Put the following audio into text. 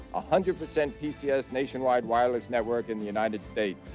ah hundred percent pcs nationwide wireless network in the united states.